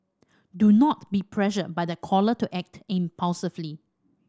do not be pressured by the caller to act impulsively